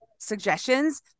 Suggestions